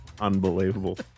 Unbelievable